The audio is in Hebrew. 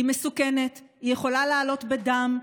היא מסוכנת, היא יכולה לעלות בדם,